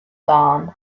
dawn